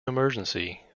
emergency